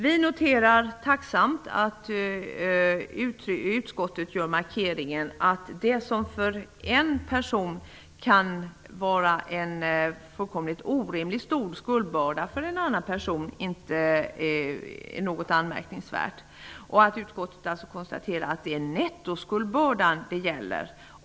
Vi noterar tacksamt att utskottet markerar att det som för en person kan vara en fullkomligt stor skuldbörda kan för en annan person inte vara särskilt anmärkningsvärd. Utskottet konstaterar att det är nettoskuldbördan som räknas.